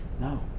No